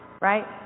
Right